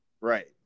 right